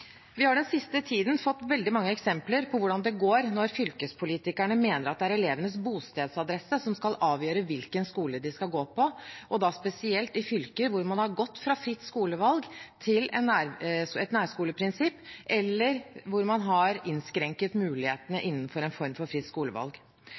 Vi har den siste tiden fått veldig mange eksempler på hvordan det går når fylkespolitikerne mener at det er elevenes bostedsadresse som skal avgjøre hvilken skole de skal gå på, og da spesielt i fylker hvor man har gått fra fritt skolevalg til et nærskoleprinsipp, eller man har innskrenket mulighetene